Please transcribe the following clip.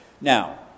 Now